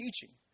teaching